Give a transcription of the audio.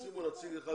רצינו נציג אחד